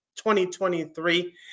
2023